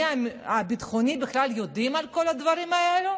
המדיני-הביטחוני בכלל יודעים על כל הדברים האלה,